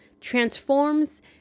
transforms